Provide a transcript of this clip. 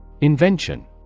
Invention